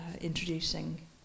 introducing